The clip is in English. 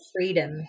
freedom